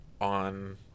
on